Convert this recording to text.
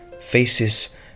faces